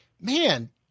Man